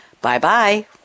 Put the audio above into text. Bye-bye